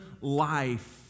life